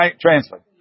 Translate